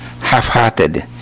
half-hearted